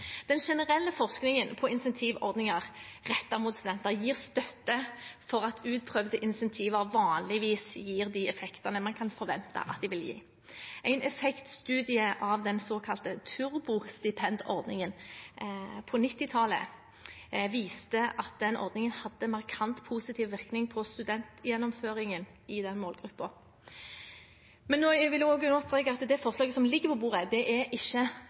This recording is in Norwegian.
Den generelle forskningen på incentivordninger rettet mot studenter gir støtte for at utprøvde incentiver vanligvis gir de effektene man kan forvente at de vil gi. En effektstudie av den såkalte turbostipendordningen på 1990-tallet viste at den ordningen hadde en markant positiv virkning på studentgjennomføringen i den målgruppen. Jeg vil understreke at det forslaget som ligger på bordet, ikke er et turbostipend, det er ikke